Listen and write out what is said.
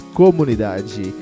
comunidade